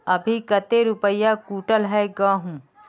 अभी कते रुपया कुंटल है गहुम?